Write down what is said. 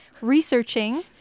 researching